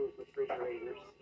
refrigerators